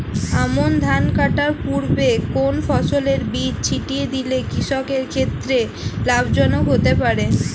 আমন ধান কাটার পূর্বে কোন ফসলের বীজ ছিটিয়ে দিলে কৃষকের ক্ষেত্রে লাভজনক হতে পারে?